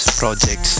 projects